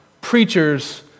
preacher's